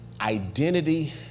identity